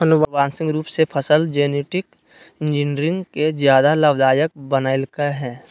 आनुवांशिक रूप से फसल जेनेटिक इंजीनियरिंग के ज्यादा लाभदायक बनैयलकय हें